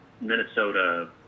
Minnesota